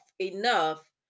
enough